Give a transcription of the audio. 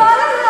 הוא נטפל אלי.